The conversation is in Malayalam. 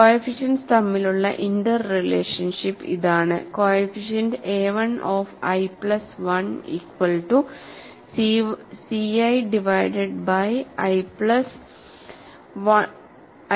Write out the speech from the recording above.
കോഎഫിഷ്യന്റ്സ് തമ്മിലുള്ള ഇന്റർ റിലേഷൻഷിപ്പ് ഇതാണ്കോഎഫിഷ്യന്റ് AI of i plus 1 equal to C i divided by i plus 1